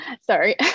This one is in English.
sorry